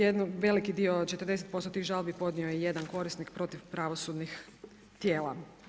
Jedan veliki dio, 40% tih žalbi podnio je jedan korisnik protiv pravosudnih tijela.